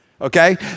okay